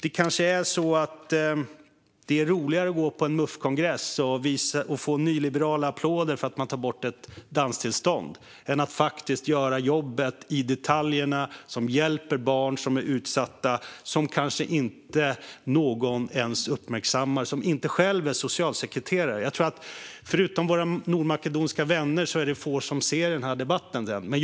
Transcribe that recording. Och kanske är det är roligare att gå på en Muf-kongress och få nyliberala applåder för att man tar bort kravet på danstillstånd än att faktiskt göra jobbet i de detaljer som hjälper utsatta barn - barn som kanske inte ens uppmärksammas av någon som inte själv är socialsekreterare. Förutom våra nordmakedonska vänner på läktaren tror jag att det är få som ser den här debatten.